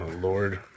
Lord